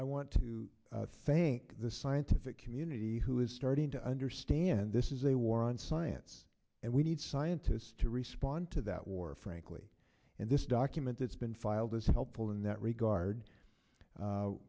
i want to thank the scientific community who is starting to understand this is a war on science and we need scientists to respond to that war frankly and this document that's been filed is helpful in that regard